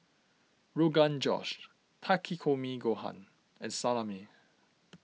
Rogan Josh Takikomi Gohan and Salami